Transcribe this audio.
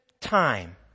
time